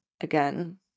again